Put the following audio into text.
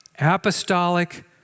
apostolic